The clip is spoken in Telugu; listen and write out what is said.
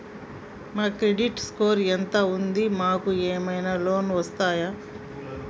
మా క్రెడిట్ స్కోర్ ఎంత ఉంది? మాకు ఏమైనా లోన్స్ వస్తయా?